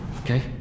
okay